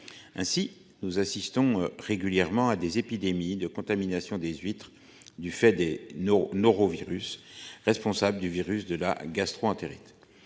Ainsi nous assistons régulièrement à des épidémies de contamination des huîtres du fait des nos norovirus responsable du virus de la gastro-entérite,